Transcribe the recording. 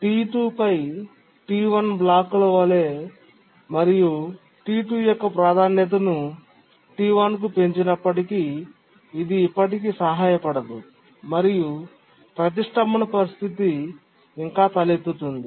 T2 పై T1 బ్లాక్ల వలె మరియు T2 యొక్క ప్రాధాన్యతను T1 కు పెంచినప్పటికీ ఇది ఇప్పటికీ సహాయపడదు మరియు ప్రతిష్ఠంభన పరిస్థితి ఇంకా తలెత్తుతుంది